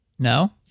No